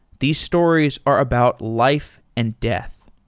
these stories are about life and death.